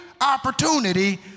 opportunity